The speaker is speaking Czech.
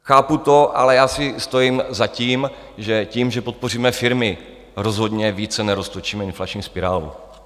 Chápu to, ale já si stojím za tím, že tím, že podpoříme firmy, rozhodně více neroztočíme inflační spirálu.